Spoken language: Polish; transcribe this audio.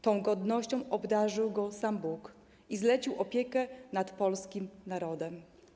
Tą godnością obdarzył go sam Bóg i zlecił opiekę nad polskim narodem.